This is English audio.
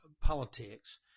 politics